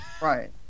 Right